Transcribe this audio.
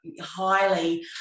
highly